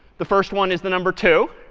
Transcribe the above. the first one is the number two.